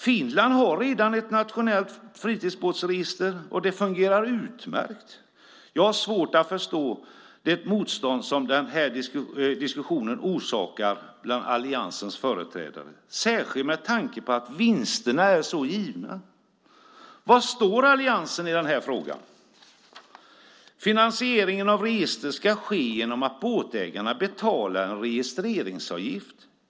Finland har redan ett nationellt fritidsbåtsregister, och det fungerar utmärkt. Jag har svårt att förstå det motstånd som den här diskussionen orsakar bland alliansens företrädare, särskilt med tanke på att vinsterna är så givna. Var står alliansen i den här frågan? Finansieringen av registret ska ske genom att båtägaren betalar en registreringsavgift.